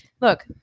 look